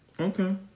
Okay